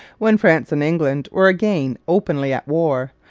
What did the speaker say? when france and england were again openly at war,